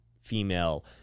female